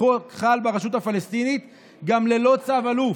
החוק חל ברשות הפלסטינית גם ללא צו אלוף.